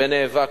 ונאבקתי,